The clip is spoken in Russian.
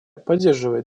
поддерживает